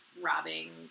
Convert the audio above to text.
robbing